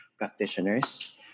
practitioners